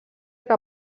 que